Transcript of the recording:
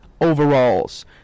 overalls